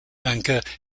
banker